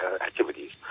activities